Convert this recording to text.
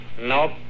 Nope